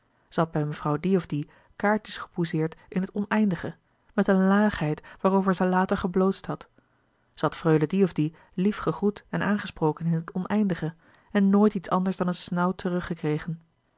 had bij mevrouw die of die kaartjes gepousseerd in het oneindige met een laagheid waarover zij later gebloosd had zij had freule die of die lief gegroet en aangesproken in het oneindige en nooit iets anders louis couperus de boeken der kleine zielen dan een snauw teruggekregen